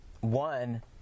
one